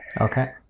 Okay